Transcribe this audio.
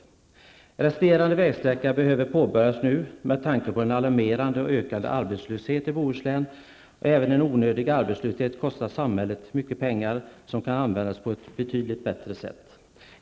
Arbetet med den resterande vägsträckan behöver påbörjas nu, med tanke på en alarmerande och ökande arbetslöshet i Bohus län. Även en onödig arbetslöshet kostar samhället mycket pengar, som skulle kunna användas på ett betydligt bättre sätt.